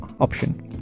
option